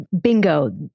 bingo